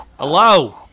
Hello